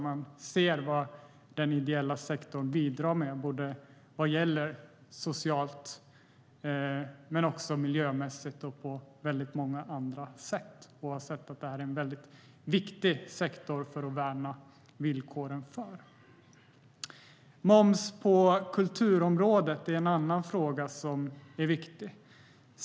Här ser man vad den ideella sektorn bidrar med socialt, miljömässigt och på många andra sätt. Det är väldigt viktigt att värna villkoren för denna sektor. Moms på kulturområdet är en annan fråga som är viktig.